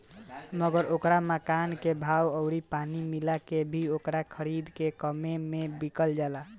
मगर ओकरा मकान के भाव अउरी पानी मिला के भी ओकरा खरीद से कम्मे मे बिकल बा